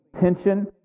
tension